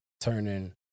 turning